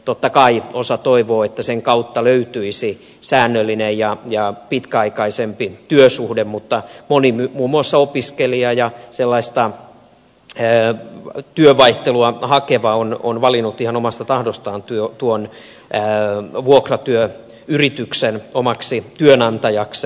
totta kai osa toivoo että sen kautta löytyisi säännöllinen ja pitkäaikaisempi työsuhde mutta moni muun muassa opiskelija ja sellaista työvaihtelua hakeva on valinnut ihan omasta tahdostaan tuon vuokratyöyrityksen omaksi työnantajakseen